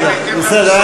כן, בסדר.